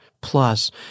plus